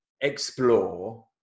explore